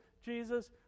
Jesus